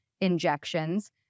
injections